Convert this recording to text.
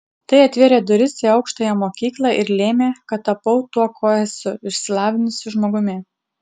tai atvėrė duris į aukštąją mokyklą ir lėmė kad tapau tuo kuo esu išsilavinusiu žmogumi